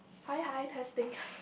hi hi testing